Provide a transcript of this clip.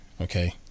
Okay